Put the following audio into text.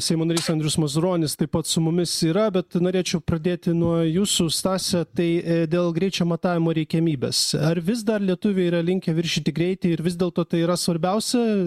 seimo narys andrius mazuronis taip pat su mumis yra bet norėčiau pradėti nuo jūsų stasie tai dėl greičio matavimo reikiamybės ar vis dar lietuviai yra linkę viršyti greitį ir vis dėlto tai yra svarbiausia